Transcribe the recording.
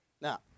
Now